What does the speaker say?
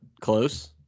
close